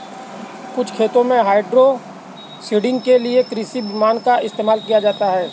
कुछ खेतों में हाइड्रोसीडिंग के लिए कृषि विमान का इस्तेमाल किया जाता है